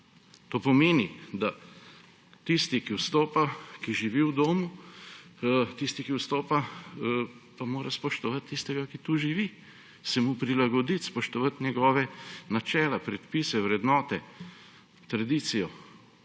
To pomeni, da tisti živi v domu, tisti, ki vstopa, pa mora spoštovati tistega, ki tu živi, se mu prilagoditi, spoštovati njegova načela, predpise, vrednote, tradicijo.